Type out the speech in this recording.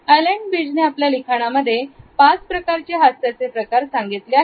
island बिजने आपल्या लिखाणामध्ये पाच प्रकारचे हास्याचे प्रकार सांगितले आहे